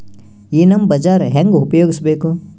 ಈ ನಮ್ ಬಜಾರ ಹೆಂಗ ಉಪಯೋಗಿಸಬೇಕು?